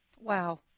Wow